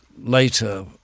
later